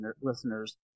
listeners